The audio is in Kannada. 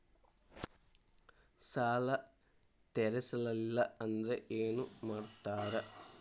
ಸಾಲ ತೇರಿಸಲಿಲ್ಲ ಅಂದ್ರೆ ಏನು ಮಾಡ್ತಾರಾ?